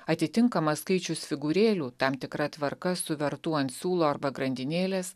atitinkamas skaičius figūrėlių tam tikra tvarka suvertų ant siūlo arba grandinėlės